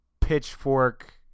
pitchfork